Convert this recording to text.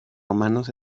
romanos